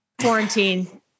quarantine